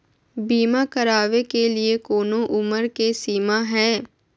बीमा करावे के लिए कोनो उमर के सीमा है?